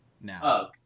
now